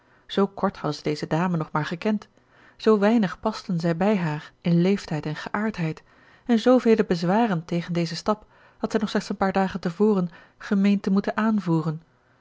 zoo kort hadden zij deze dame nog maar gekend zoo weinig pasten zij bij haar in leeftijd en geaardheid en zoovele bezwaren tegen dezen stap had zij nog slechts een paar dagen te voren gemeend te moeten aanvoeren